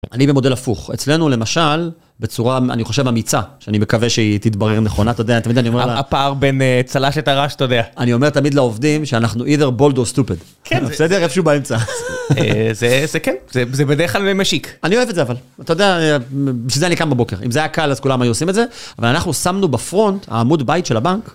אני במודל הפוך אצלנו למשל בצורה אני חושב אמיצה שאני מקווה שהיא תתברר נכונה אתה יודע אני אומר לה פער בין צל"ש לטר"ש אתה יודע אני אומר תמיד לעובדים שאנחנו אידר בולד או סטופד. זה בסדר איפשהו באמצע זה זה כן זה בדרך כלל משיק אני אוהב את זה אבל אתה יודע בשביל זה אני קם בבוקר אם זה היה קל אז כולם היו עושים את זה אבל אנחנו שמנו בפרונט העמוד בית של הבנק.